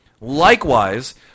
Likewise